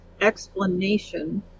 explanation